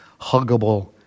huggable